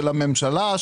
של הממשלה,